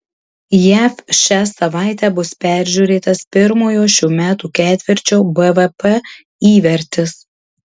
jav šią savaitę bus peržiūrėtas pirmojo šių metų ketvirčio bvp įvertis